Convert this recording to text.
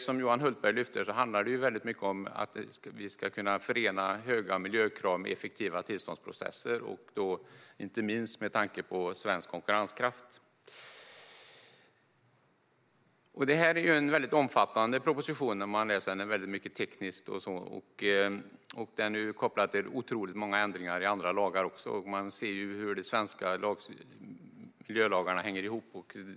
Som Johan Hultberg lyfter fram handlar det mycket om att vi ska kunna förena höga miljökrav med effektiva tillståndsprocesser, inte minst med tanke på svensk konkurrenskraft. Denna proposition är väldigt omfattande och mycket teknisk. Den är dessutom kopplad till otroligt många ändringar i andra lagar, och man ser hur de svenska miljölagarna hänger ihop.